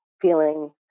feeling